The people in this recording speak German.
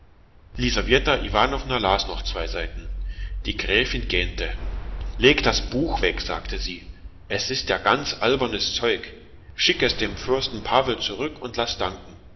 las noch zwei seiten die gräfin gähnte laß das buch sagte sie was für ein unsinn schick es dem fürsten paul zurück und laß ihm danken